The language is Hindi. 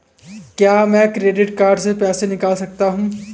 क्या मैं क्रेडिट कार्ड से पैसे निकाल सकता हूँ?